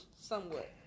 somewhat